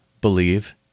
believe